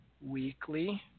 weekly